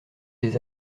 des